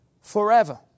Forever